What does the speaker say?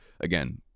again